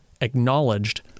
acknowledged